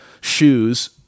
shoes